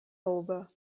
over